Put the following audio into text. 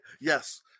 yes